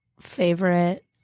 favorite